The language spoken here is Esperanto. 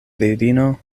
virino